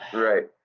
right.